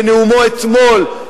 בנאומו אתמול,